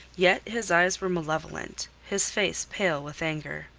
yet his eyes were malevolent, his face pale with anger.